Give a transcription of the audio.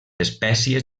espècies